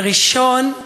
הראשון,